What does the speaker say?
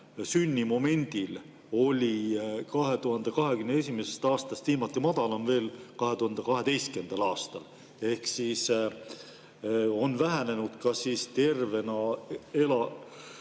sünnimomendil oli 2021. aastast viimati madalam veel 2012. aastal ehk siis on vähenenud ka tervena elatud